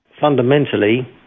fundamentally